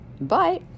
Bye